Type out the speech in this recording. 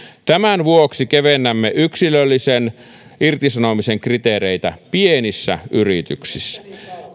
tämän vuoksi kevennämme yksilöllisen irtisanomisen kriteereitä pienissä yrityksissä